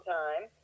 time